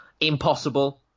impossible